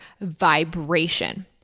vibration